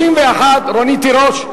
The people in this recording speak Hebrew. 31, רונית תירוש?